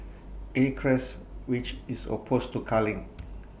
acres which is opposed to culling